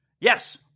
Yes